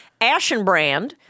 Ashenbrand